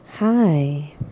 Hi